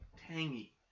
tangy